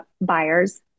buyers